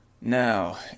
Now